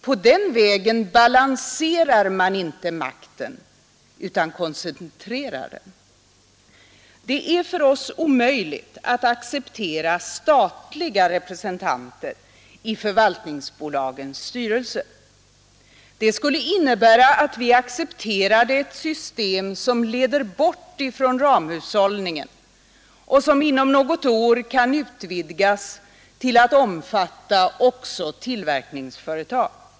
På den vägen balanserar man inte makten, man koncentrerar den. Det är för oss omöjligt att acceptera statliga representanter i förvaltningsbolagens styrelser. Det skulle innebära att vi accepterade ett system som leder bort från ramhushållningen och som inom något år kan utvidgas till att omfatta också tillverkningsföretag.